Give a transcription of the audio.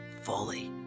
fully